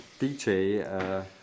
DJ